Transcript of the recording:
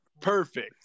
perfect